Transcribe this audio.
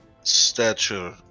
stature